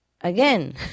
Again